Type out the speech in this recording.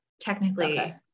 technically